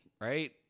right